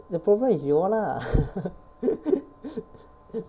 the problem is you all lah